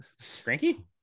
Granky